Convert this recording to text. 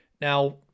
Now